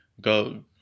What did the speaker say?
go